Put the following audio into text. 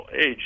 age